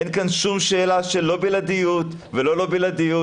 אין כאן שום שאלה של בלעדיות או לא בלעדיות,